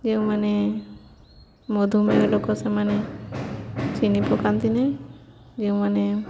ଯେଉଁମାନେ ମଧୁମେହ ଲୋକ ସେମାନେ ଚିନି ପକାନ୍ତି ନାହିଁ ଯେଉଁମାନେ